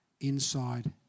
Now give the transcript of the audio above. inside